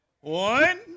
One